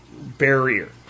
barrier